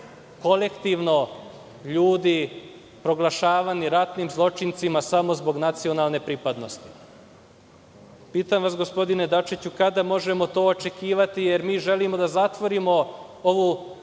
kolektivno ljudi proglašavani ratnim zločincima samo zbog nacionalne pripadnosti. Pitam vas, gospodine Dačiću, kada možemo to očekivati, jer želimo da zatvorimo ovo